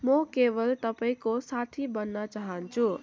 म केवल तपाईँको साथी बन्न चाहान्छु